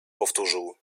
powtórzył